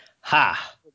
Ha